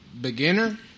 beginner